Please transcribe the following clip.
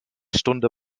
stunde